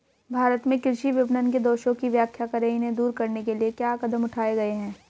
भारत में कृषि विपणन के दोषों की व्याख्या करें इन्हें दूर करने के लिए क्या कदम उठाए गए हैं?